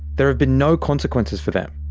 there have been no consequences for them.